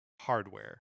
hardware